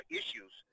issues